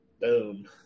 Boom